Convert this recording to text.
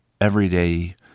everyday